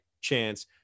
chance